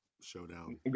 showdown